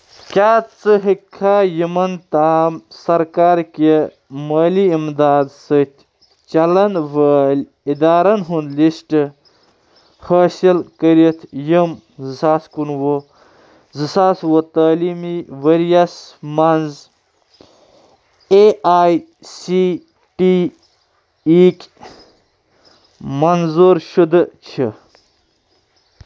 کیٛاہ ژٕ ہیٚکھا یِمَن تام سرکار کہِ مٲلی اِمداد سٟتۍ چَلن وٲلۍ ادارن ہُنٛد لسٹ حٲصِل کٔرتھ یِم زٕ ساس کُنوُہ زٕ ساس وُہ تعلیٖمی ؤرۍ یَس مَنٛز A I C T E یِکۍ منظوٗر شُدٕ چھِ